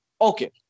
Okay